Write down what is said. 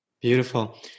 Beautiful